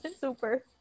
super